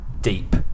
deep